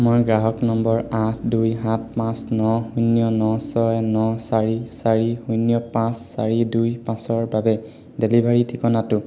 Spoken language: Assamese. মই গ্ৰাহক নম্বৰ আঠ দুই সাত পাঁচ ন শূন্য ন ছয় ন চাৰি চাৰি শূন্য পাঁচ চাৰি দুই পাঁচৰ বাবে ডেলিভাৰী ঠিকনাটো